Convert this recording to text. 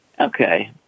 Okay